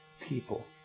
people